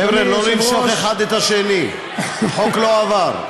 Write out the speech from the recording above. חבר'ה, לא לנשוך אחד את השני, חוק לא עבר...